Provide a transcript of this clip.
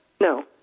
No